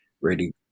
ready